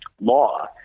law